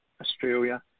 Australia